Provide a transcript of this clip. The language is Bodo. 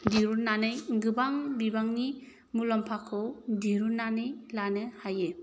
दिरुन्नानै गोबां बिबांनि मुलाम्फाखौ दिरुन्नानै लानो हायो